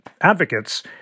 advocates